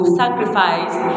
sacrifice